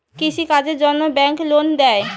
কৃষি কাজের জন্যে ব্যাংক লোন দেয়?